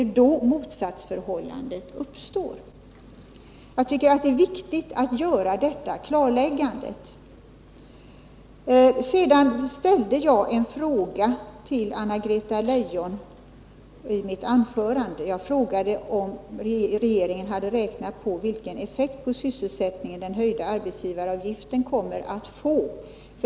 Det är då motsatsförhållandet uppstår. Jag tycker att det är viktigt att göra detta klarläggande. Sedan ställde jag en fråga till Anna-Greta Leijon i mitt anförande. Jag frågade om regeringen hade räknat på vilken effekt på sysselsättningen den höjda arbetsgivaravgiften kommer att få.